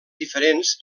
diferents